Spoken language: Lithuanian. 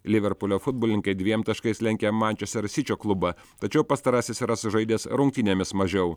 liverpulio futbolininkai dviem taškais lenkia mančester sičio klubą tačiau pastarasis yra sužaidęs rungtynėmis mažiau